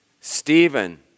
Stephen